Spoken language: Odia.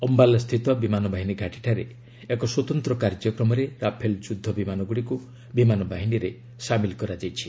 ଅମ୍ବାଲା ସ୍ଥିତ ବିମାନ ବାହିନୀ ଘାଟିଠାରେ ଏକ ସ୍ପତନ୍ତ୍ର କାର୍ଯ୍ୟକ୍ରମରେ ରାଫେଲ ଯୁଦ୍ଧ ବିମାନଗୁଡ଼ିକୁ ବିମାନ ବାହିନୀରେ ସାମିଲ କରାଯାଇଛି